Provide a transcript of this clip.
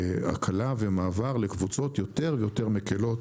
הקלה ומעבר לקבוצות יותר ויותר מקלות